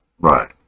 Right